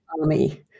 army